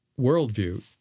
worldview